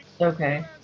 Okay